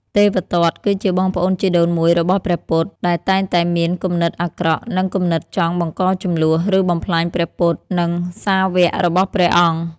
ទេវទត្ត គឺជាបងប្អូនជីដូនមួយរបស់ព្រះពុទ្ធ ដែលតែងតែមានគំនិតអាក្រក់ និងគំនិតចង់បង្កជម្លោះ ឬបំផ្លាញព្រះពុទ្ធ និងសាវ័ករបស់ព្រះអង្គ។